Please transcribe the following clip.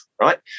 right